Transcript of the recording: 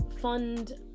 fund